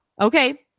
Okay